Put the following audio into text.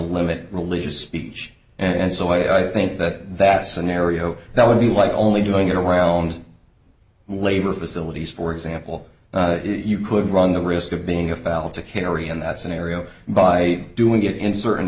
limit religious speech and so i think that that scenario that would be like only doing it around labor facilities for example you could run the risk of being a file to carry in that scenario by doing it in certain